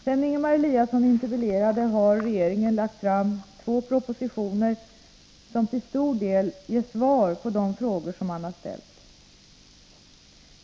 Sedan Ingemar Eliasson interpellerade har regeringen lagt fram två propositioner som till stor del ger svar på de frågor som han har ställt.